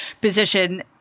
position